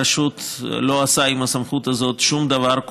הרשות לא עושה עם הסמכות הזאת שום דבר,